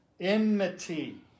Enmity